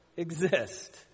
exist